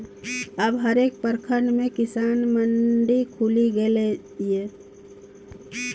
अब हरेक प्रखंड मे किसान मंडी खुलि गेलै ये